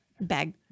bag